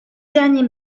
derniers